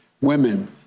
women